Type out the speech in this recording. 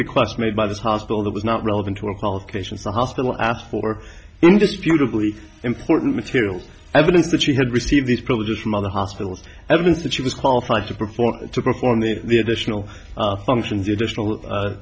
request made by the hospital that was not relevant to a qualification for hospital asked for indisputably important material evidence that she had received these privileges from other hospitals evidence that she was qualified to perform to perform the the additional function judicial